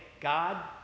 God